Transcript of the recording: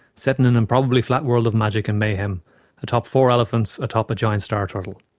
set in an improbably flat world of magic and mayhem atop four elephants atop a giant star turtle.